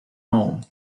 home